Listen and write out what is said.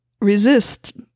resist